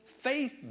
Faith